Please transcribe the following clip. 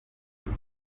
muri